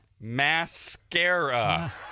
Mascara